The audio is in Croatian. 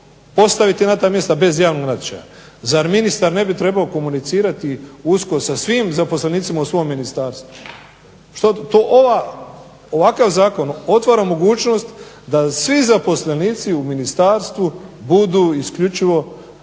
postaviti na ta mjesta bez javnog natječaja. Zar ministar ne bi trebao komunicirati usko sa svim zaposlenicima u svom ministarstvu? To ovakav zakon otvara mogućnost da svi zaposlenici u Ministarstvu budu isključivo